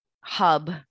hub